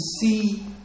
see